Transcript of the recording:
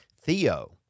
Theo